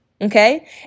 Okay